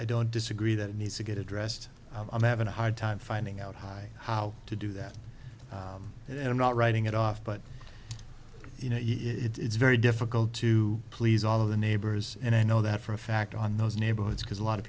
i don't disagree that it needs to get addressed i'm having a hard time finding out how to do that and i'm not writing it off but you know it's very difficult to please all of the neighbors and i know that for a fact on those neighborhoods because a lot